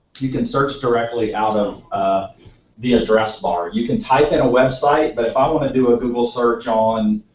you can search directly out of the address bar, you can type in a website but i want to do a google search on,